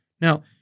Now